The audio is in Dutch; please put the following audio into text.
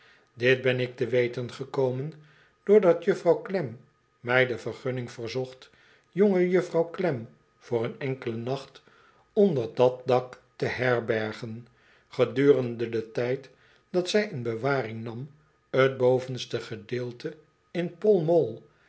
dit ben ik te weten gekomen doordat juffrouw klem mij de vergunning verzocht jongejuffrouw klem voor een enkelen nacht onder dat dak te herbergen gedurende den tijd dat zij in bewaring nam t bovenste gedeelte in pall mali